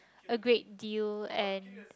a great deal and